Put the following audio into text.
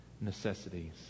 necessities